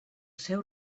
seu